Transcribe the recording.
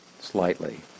slightly